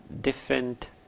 different